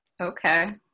Okay